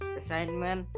assignment